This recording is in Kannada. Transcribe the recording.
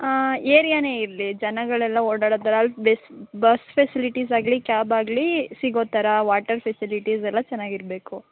ಏರಿಯಾನೇ ಇರಲಿ ಜನಗಳೆಲ್ಲ ಓಡಾಡೋ ಥರ ಅಲ್ಲಿ ಬಸ್ ಫೆಸಿಲಿಟೀಸ್ ಆಗಲಿ ಕ್ಯಾಬ್ ಆಗಲಿ ಸಿಗೋ ಥರ ವಾಟರ್ ಫೆಸಿಲಿಟೀಸ್ ಎಲ್ಲ ಚೆನ್ನಾಗಿರ್ಬೇಕು